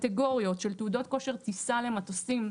הקטגוריות של תעודות כושר טיסה למטוסים,